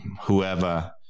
whoever